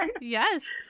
yes